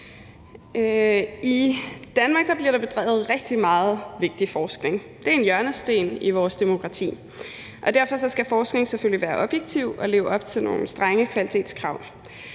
I Danmark bliver der bedrevet rigtig meget vigtig forskning. Det er en hjørnesten i vores demokrati, og derfor skal forskning selvfølgelig være objektiv og leve op til nogle strenge kvalitetskrav.